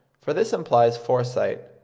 for this implies foresight.